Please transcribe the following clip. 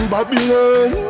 Babylon